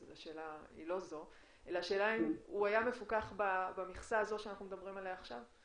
השאלה אם הוא היה מפוקח במכסה הזו שאנחנו מדברים עליו עכשיו.